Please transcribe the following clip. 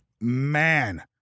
Man